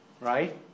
right